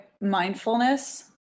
mindfulness